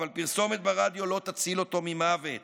אבל פרסומת ברדיו לא תציל אותו ממוות.